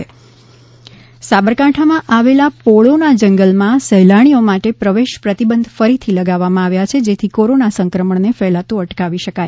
પોળો forest માં પ્રતિબંધ સાબરકાંઠામાં આવેલા પોળોના જંગલમાં સહેલાણીઓ માટે પ્રવેશ પ્રતિબંધ ફરીથી લગાવવામાં આવ્યા છે જેથી કોરોના સંક્રમણને ફેલાતું અટકાવી શકાય